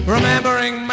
Remembering